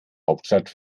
hauptstadt